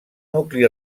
nucli